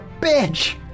bitch